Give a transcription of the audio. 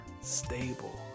stable